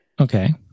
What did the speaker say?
Okay